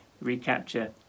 recapture